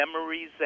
Memories